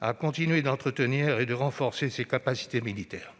à continuer d'entretenir et de renforcer ses capacités militaires.